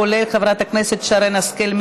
כולל חברת הכנסת שרן השכל,